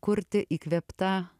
kurti įkvėpta